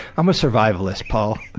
i'm a survivalist, paul.